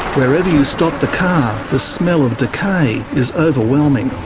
wherever you stop the car, the smell of decay is overwhelming.